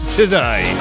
today